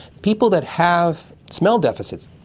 people that have smell deficits,